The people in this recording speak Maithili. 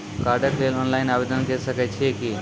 कार्डक लेल ऑनलाइन आवेदन के सकै छियै की?